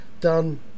done